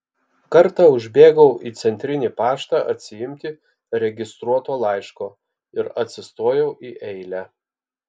kartą užbėgau į centrinį paštą atsiimti registruoto laiško ir atsistojau į eilę